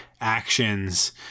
actions